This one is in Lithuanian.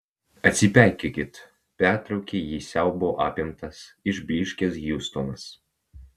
atsipeikėkit pertraukė jį siaubo apimtas išblyškęs hiustonas